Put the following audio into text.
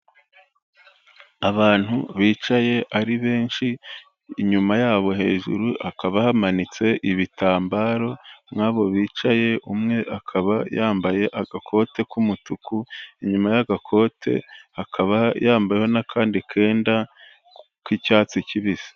Abantu bicaye ari benshi, inyuma yabo hejuru hakaba hamanitse ibitambaro muri abo bicaye umwe akaba yambaye agakote k'umutuku, inyuma y'agakote akaba yambayeho n'akandi kenda k'icyatsi kibisi.